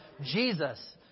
Jesus